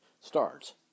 stars